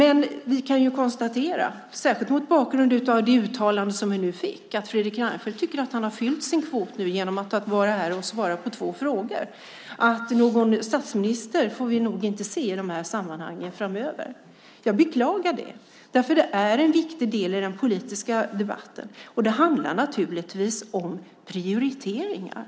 Vi kan emellertid konstatera, särskilt mot bakgrund av det uttalande som jag nu fick, att Fredrik Reinfeldt tycker att han fyllt sin kvot genom att vara här och svara på två frågor, så någon statsminister får vi nog inte se i dessa sammanhang framöver. Jag beklagar det, för det är en viktig del i den politiska debatten. Det handlar naturligtvis om prioriteringar.